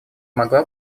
могла